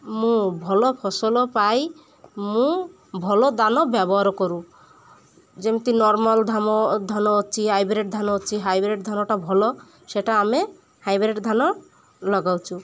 ମୁଁ ଭଲ ଫସଲ ପାଇଁ ମୁଁ ଭଲ ଧାନ ବ୍ୟବହାର କରୁ ଯେମିତି ନର୍ମାଲ୍ ଧାନ ଧାନ ଅଛି ହାଇବ୍ରିଡ଼୍ ଧାନ ଅଛି ହାଇବ୍ରିଡ଼୍ ଧାନଟା ଭଲ ସେଇଟା ଆମେ ହାଇବ୍ରିଡ଼୍ ଧାନ ଲଗାଉଛୁ